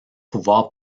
pouvoir